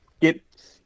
get